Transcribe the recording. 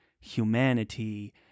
humanity